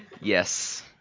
Yes